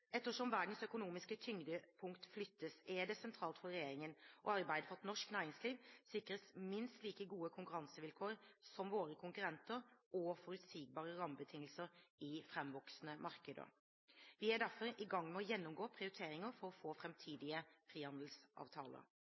Ettersom verdens økonomiske tyngdepunkt flyttes, er det sentralt for regjeringen å arbeide for at norsk næringsliv sikres minst like gode konkurransevilkår som våre konkurrenter og forutsigbare rammebetingelser i framvoksende markeder. Vi er derfor i gang med å gjennomgå prioriteringer for framtidige frihandelsavtaler. Asia er et satsingsområde for regjeringens arbeid med frihandelsavtaler.